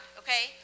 okay